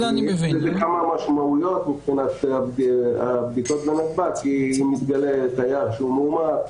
מה שקורה זה שאם מתגלה בנתב"ג תייר שהוא מאומת,